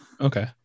Okay